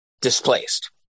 displaced